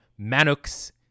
Manuks